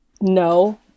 No